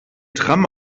tram